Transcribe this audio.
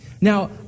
Now